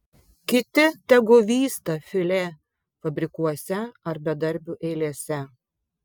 kiti tegu vysta filė fabrikuose ar bedarbių eilėse